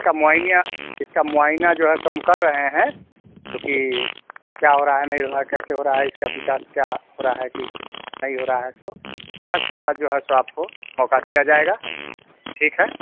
इसका मुआयना इसका मुआयना जो है सो हम कर रहे हैं क्योंकि क्या हो रहा नहीं हो रहा है कैसे हो रहा है इसका विकास क्या हो रहा है कि नहीं हो रहा है सो जो इसके बाद जो है सो आपको मौका दिया जाएगा ठीक है